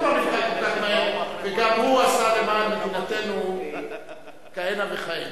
גם הוא לא נבחר כל כך מהר וגם הוא עשה למען מדינתנו כהנה וכהנה.